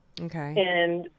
Okay